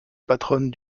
patronne